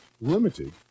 limited